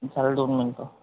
झालं दोन मिंटं